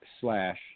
slash